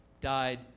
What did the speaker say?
died